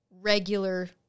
regular